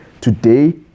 today